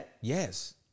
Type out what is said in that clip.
Yes